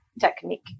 technique